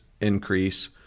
increase